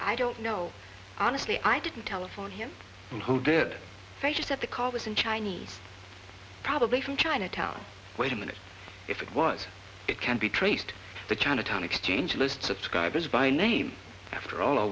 i don't know honestly i didn't telephone him from who did i just have to call this in chinese probably from chinatown wait a minute if it was it can be traced to chinatown exchange list subscribers by name after all